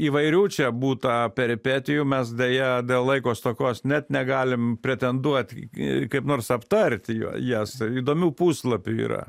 įvairių čia būta peripetijų mes deja dėl laiko stokos net negalim pretenduot į kaip nors aptart juo jas įdomių puslapių yra